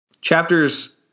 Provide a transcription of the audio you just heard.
Chapters